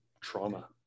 trauma